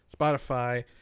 Spotify